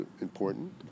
important